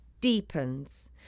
deepens